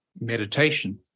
meditation